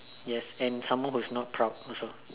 yes and someone who is not proud also